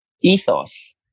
ethos